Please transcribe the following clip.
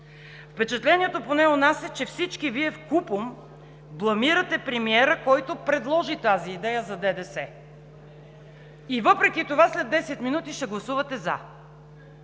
Впечатлението, поне у нас, е, че всички Вие вкупом бламирате премиера, който предложи тази идея за ДДС, и въпреки това след десет минути ще гласувате „за“.